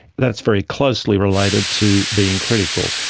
that's very closely related to being critical.